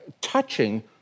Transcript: touching